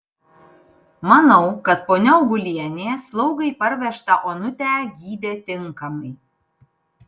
manau kad ponia augulienė slaugai parvežtą onutę gydė tinkamai